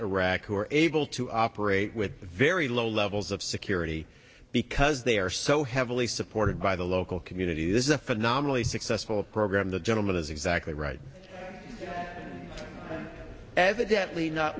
iraq who are able to operate with very low levels of security because they are so heavily supported by the local community this is a phenomenally successful program the gentleman is exactly right evidently not